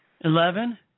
Eleven